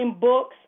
books